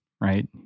right